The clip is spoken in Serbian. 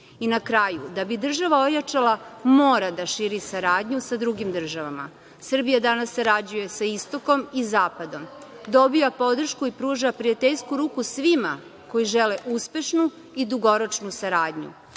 kraju, da bi država ojačala, mora da širi saradnju sa drugim državama. Srbija danas sarađuje sa istokom i zapadom. Dobija podršku i pruža prijateljsku ruku svima koji žele uspešnu i dugoročnu saradnju. Mi